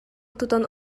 тутан